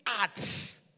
arts